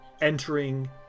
entering